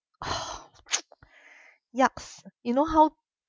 !ow! yucks you know how